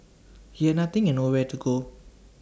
he had nothing and nowhere to go